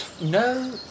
No